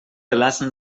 lassen